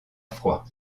froid